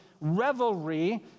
revelry